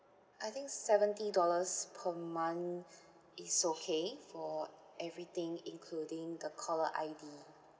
I think seventy dollars per month is okay for everything including the caller I_D